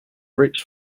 rich